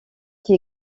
qui